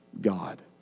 God